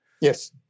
Yes